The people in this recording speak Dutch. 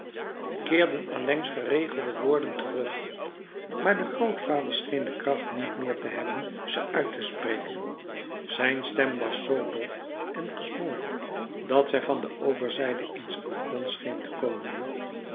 keerden allengs geregelde woorden terug maar de grootvader scheen de kracht niet meer te hebben ze uit te spreken zijn stem was zoo dof en gesmoord dat zij van de overzijde eens afgronds scheen te komen